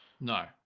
No